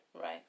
Right